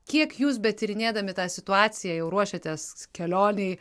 kiek jūs betyrinėdami tą situaciją jau ruošiatės kelionei